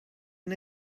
and